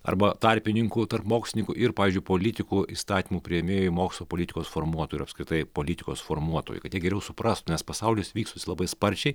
arba tarpininkų tarp mokslininkų ir pavyzdžiui politikų įstatymų priėmėjų mokslo politikos formuotojų ir apskritai politikos formuotojų kad jie geriau suprastų nes pasaulis vystosi labai sparčiai